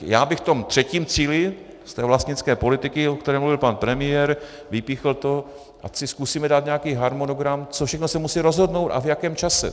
Já bych v tom třetím cíli, z té vlastnické politiky, o které mluvil pan premiér, vypíchl to, ať si zkusíme dát nějaký harmonogram, co všechno se musí rozhodnout a v jakém čase.